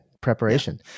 preparation